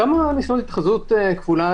כמה ניסיונות התחזות התגלו?